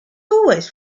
always